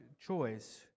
choice